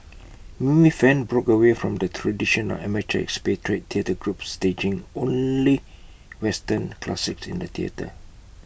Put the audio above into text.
Mimi fan broke away from A tradition of amateur expatriate theatre groups staging only western classics in the theatre